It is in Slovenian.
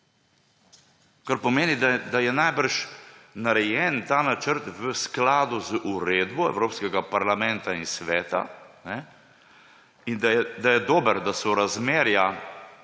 kar pomeni, da je najbrž ta načrt narejen v skladu z uredbo Evropskega parlamenta in Sveta in da je dober, da so razmerja,